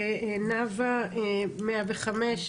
נאוה 105,